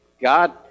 God